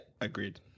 agreed